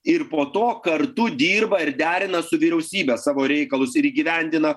ir po to kartu dirba ir derina su vyriausybe savo reikalus ir įgyvendina